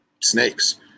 snakes